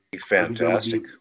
Fantastic